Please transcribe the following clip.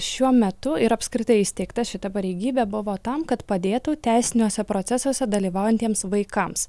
šiuo metu ir apskritai įsteigta šita pareigybė buvo tam kad padėtų teisiniuose procesuose dalyvaujantiems vaikams